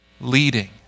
leading